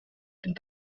den